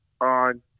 on